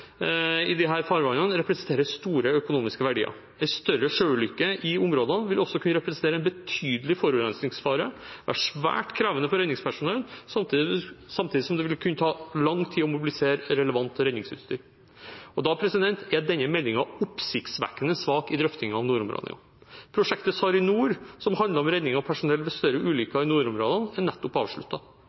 i disse farvannene, representerer store økonomiske verdier. En større sjøulykke i områdene vil også kunne representere en betydelig forurensningsfare og være svært krevende for redningspersonell, samtidig som det vil kunne ta lang tid å mobilisere relevant redningsutstyr. Da er denne meldingen oppsiktsvekkende svak i drøftingen av nordområdene. Prosjektet SARiNOR, som handler om redning av personell ved større ulykker i nordområdene, er nettopp